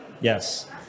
Yes